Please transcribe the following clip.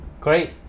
Great